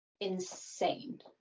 insane